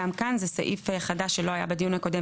גם כאן זה סעיף חדש שלא היה בדיון הקודם